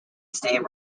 state